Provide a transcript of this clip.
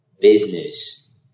business